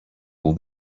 all